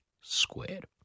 squared